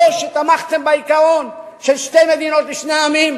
או שתמכתם בעיקרון של שתי מדינות לשני עמים,